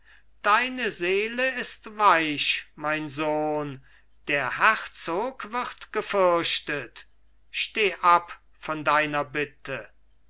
deine seele ist weich mein sohn der herzog wird gefürchtet steh ab von deiner bitte